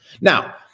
Now